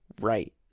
right